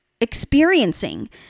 experiencing